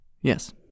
Yes